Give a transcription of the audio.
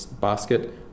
basket